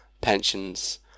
pensions